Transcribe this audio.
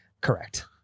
correct